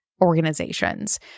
organizations